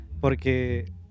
Porque